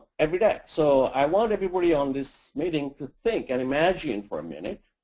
every day. so i want everybody on this meeting to think and imagine for a minute.